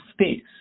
space